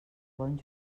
bon